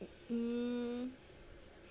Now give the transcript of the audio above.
hmm